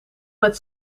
het